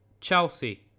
Chelsea